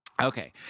Okay